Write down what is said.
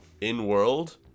in-world